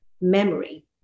memory